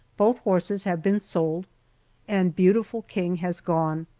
both horses have been sold and beautiful king has gone.